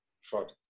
short